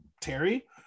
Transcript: Terry